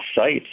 sites